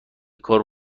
کار